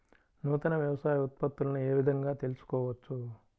నూతన వ్యవసాయ ఉత్పత్తులను ఏ విధంగా తెలుసుకోవచ్చు?